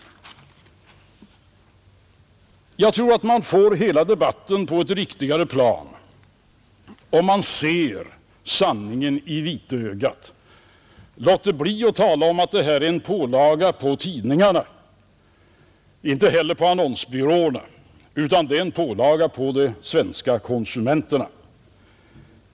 Jag tror att man får hela debatten på ett riktigare plan, om man ser sanningen i vitögat och låter bli att tala om att annonsskatten är en pålaga på tidningarna eller på annonsbyråerna. Den är en pålaga på konsumenterna.